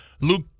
Luke